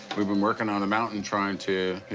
we've been working on the mountain trying to,